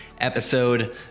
episode